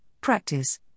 practice